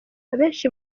abenshi